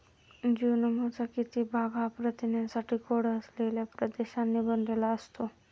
जीनोमचा किती भाग हा प्रथिनांसाठी कोड असलेल्या प्रदेशांनी बनलेला असतो?